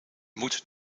moet